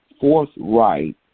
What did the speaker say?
forthright